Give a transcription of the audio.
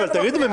אבל תגידו לי,